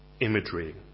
imagery